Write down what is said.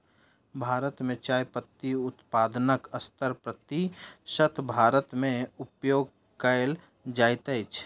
भारत मे चाय पत्ती उत्पादनक सत्तर प्रतिशत भारत मे उपयोग कयल जाइत अछि